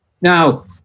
now